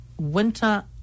winter